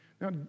Now